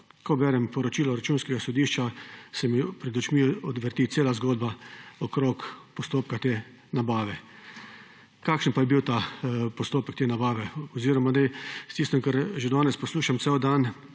ko berem poročilo Računskega sodišča, se mi pred očmi odvrti cela zgodba okrog postopka te nabave. Kakšen pa je bil ta postopek te nabave oziroma naj s tistim, kar že danes poslušam cel dan